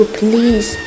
please